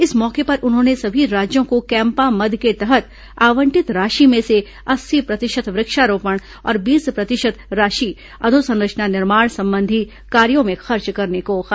इस मौके पर उन्होंने सभी राज्यों को कैम्पा मद के तहत आवंटित राशि में से अस्सी प्रतिशत वृक्षारोपण और बीस प्रतिशत राशि अधोसंरचना निर्माण संबंधी कार्यो में खर्च करने को कहा